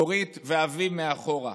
דורית ואבי מאחורה.